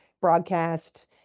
broadcast